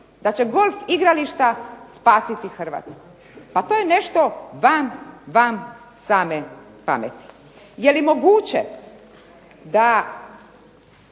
da će golf igrališta spasiti Hrvatsku? Pa to je nešto van same pameti. Je li moguće da